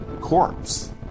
corpse